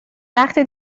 وقتی